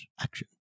action